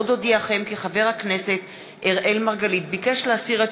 עוד אודיעכם כי חבר הכנסת אראל מרגלית ביקש להסיר את